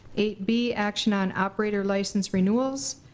eight b action on operator license renewals,